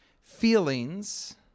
feelings